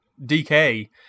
DK